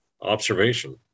observation